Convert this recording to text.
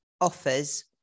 offers